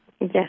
Yes